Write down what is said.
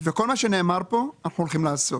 וכל מה שנאמר כאן, אנחנו הולכים לעשות.